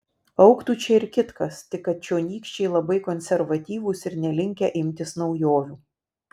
augtų čia ir kitkas tik kad čionykščiai labai konservatyvūs ir nelinkę imtis naujovių